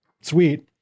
Sweet